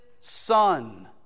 son